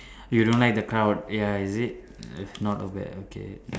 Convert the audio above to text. you don't like the crowd ya is it its not over yet okay